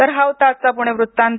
तर हा होता आजचा पुणे वृत्तांत